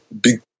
big